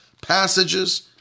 passages